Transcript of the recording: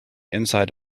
inside